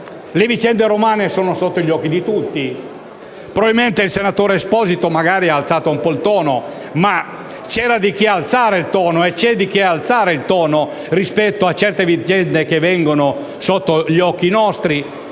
Le vicende romane sono sotto gli occhi di tutti; probabilmente il senatore Esposito magari ha alzato un po' il tono, ma c'era e c'è di che alzare il tono rispetto a certe vicende che avvengono sotto i nostri